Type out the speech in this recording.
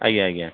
ଆଜ୍ଞା ଆଜ୍ଞା